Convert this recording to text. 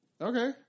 Okay